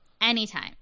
anytime